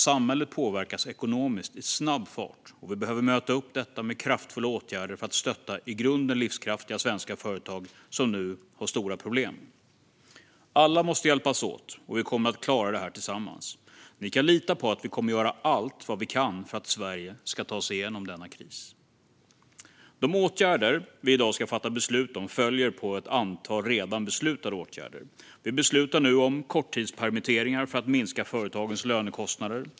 Samhället påverkas ekonomiskt i snabb takt, och vi behöver bemöta detta med kraftfulla åtgärder för att stötta i grunden livskraftiga svenska företag som nu har stora problem. Alla måste hjälpas åt, och vi kommer att klara detta tillsammans. Ni kan lita på att vi kommer att göra allt vi kan för att Sverige ska ta sig igenom denna kris. De åtgärder vi i dag ska fatta beslut om följer på ett antal redan beslutade åtgärder. Vi beslutar nu om korttidspermitteringar för att minska företagens lönekostnader.